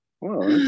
Wow